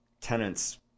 tenants